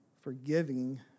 forgiving